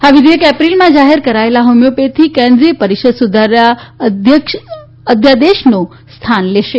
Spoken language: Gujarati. આ વિઘેયક એપ્રિલમાં જાહેર કરાયેલાં હોમીયોપેથી કેન્દ્રીય પરિષદ સુધારા અધ્યાદેશનું સ્થાન લેશે